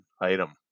item